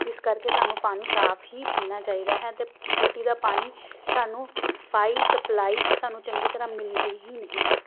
ਇਸ ਕਰਕੇ ਸਾਨੂੰ ਪਾਣੀ ਸਾਫ਼ ਹੀ ਪੀਣਾ ਚਾਹੀਦਾ ਹੈ ਅਤੇ ਟੂਟੀ ਦਾ ਪਾਣੀ ਸਾਨੂੰ ਸਫ਼ਾਈ ਸਪਲਾਈ ਸਾਨੂੰ ਚੰਗੀ ਤਰਾਂ ਮਿਲਦੀ ਹੀ ਨਹੀਂ ਹੈ